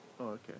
Okay